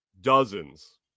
dozens